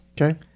okay